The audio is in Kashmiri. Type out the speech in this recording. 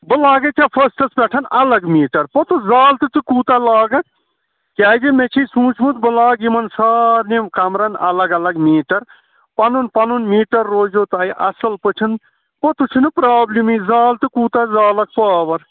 بہٕ لاگَے ژےٚ فٔسٹَس پٮ۪ٹھ الگ میٖٹر پوٚتُس زال تہٕ ژٕ کوٗتاہ لاگکھ کیٛازِ مےٚ چھِ سوٗنٛچمُت بہٕ لاگہٕ یِمَن سارنٮ۪ن کَمرَن الگ الگ میٖٹر پَنُن پَنُن میٖٹر روزیو تۄہہِ اَصٕل پٲٹھٮ۪ن پوٚتُس چھُنہٕ پرٛابلِمٕے زال تہٕ کوٗتاہ زالکھ پاوَر